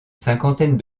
cinquantaine